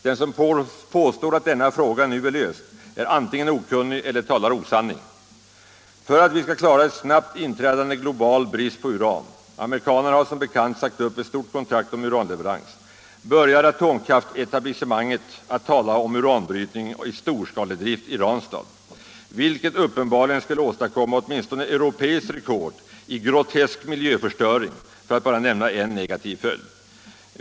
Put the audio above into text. Den som påstår att denna fråga nu är löst är antingen okunnig eller talar osanning. För att vi skall klara en snabbt inträdande global brist på uran — amerikanerna har som bekant sagt upp ett stort kontrakt om uranleverans — börjar atomkraftetablissemanget att tala om uranbrytning i storskaledrift i Ranstad, vilket uppenbarligen skulle åstadkomma åtminstone europeiskt rekord i grotesk miljöförstöring för att bara nämna en negativ följd.